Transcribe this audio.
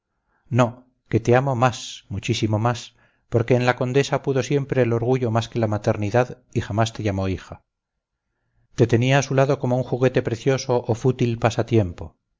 no que te amo más muchísimo más porque en la condesa pudo siempre el orgullo más que la maternidad y jamás te llamó hija te tenía a su lado como un juguete precioso o fútil pasatiempo